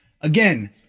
Again